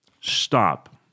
Stop